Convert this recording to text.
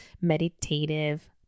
meditative